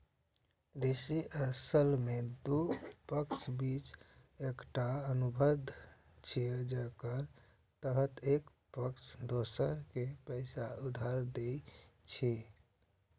ऋण असल मे दू पक्षक बीच एकटा अनुबंध छियै, जेकरा तहत एक पक्ष दोसर कें पैसा उधार दै छै